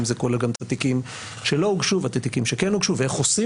האם זה כולל גם את התיקים שלא הוגשו ואת התיקים שכן הוגשו ואיך עושים